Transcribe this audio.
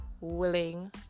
willing